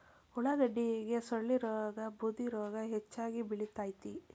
ಉಳಾಗಡ್ಡಿಗೆ ಸೊಳ್ಳಿರೋಗಾ ಬೂದಿರೋಗಾ ಹೆಚ್ಚಾಗಿ ಬಿಳತೈತಿ